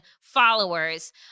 followers